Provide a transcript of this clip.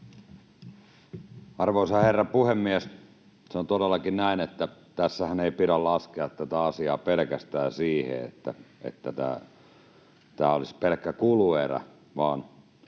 Arvoisa herra puhemies! Se on todellakin näin, että tässähän ei pidä laskea tätä asiaa pelkästään siihen, että tämä olisi pelkkä kuluerä tai